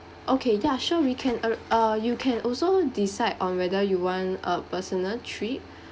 okay ya sure we can uh uh you can also decide on whether you want a personal trip